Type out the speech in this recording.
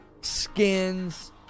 Skins